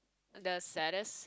the saddest